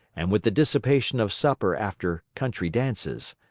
and with the dissipation of supper after country dances.